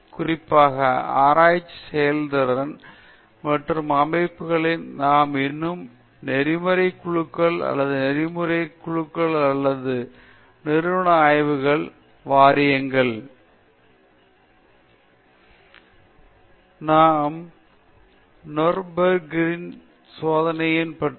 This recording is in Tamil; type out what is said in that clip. குறிப்பாக ஆராய்ச்சி நிறுவனங்கள் மற்றும் அமைப்புகளில் நாம் இன்று நெறிமுறைக் குழுக்கள் அல்லது நெறிமுறைகள் குழுக்கள் அல்லது நிறுவன ஆய்வு வாரியங்கள் இவையனைத்தும் நிறுவனத்திற்குள்ளேயே நடக்கும் அந்த வகையான ஆராய்ச்சியை ஆராய்வதுடன் ஆராய்ச்சியாளர்கள் தங்கள் ஆராய்ச்சியை நடத்தும் போது பின்பற்றப்பட வேண்டிய நெறிமுறை வழிமுறைகளை பரிந்துரைக்க முயற்சிக்கும்